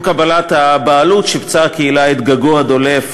עם קבלת הבעלות שיפצה הקהילה את גגו הדולף